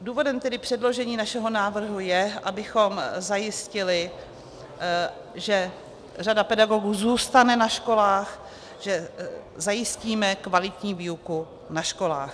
Důvodem tedy předložení našeho návrhu je, abychom zajistili, že řada pedagogů zůstane na školách, že zajistíme kvalitní výuku na školách.